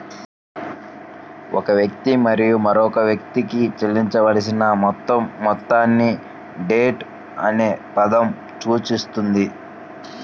ఒక వ్యక్తి మరియు మరొక వ్యక్తికి చెల్లించాల్సిన మొత్తం మొత్తాన్ని డెట్ అనే పదం సూచిస్తుంది